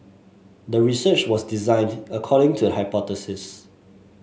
the research was designed according to the hypothesis